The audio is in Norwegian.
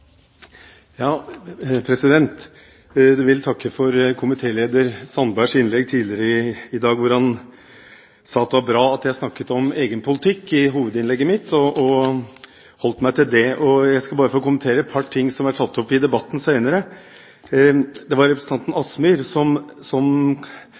vil takke komitéleder Sandberg for hans innlegg tidligere i dag, hvor han sa at det var bra at jeg i hovedinnlegget mitt snakket om egen politikk og holdt meg til det. Jeg skal bare få kommentere et par ting som er tatt opp senere i debatten. Det var representanten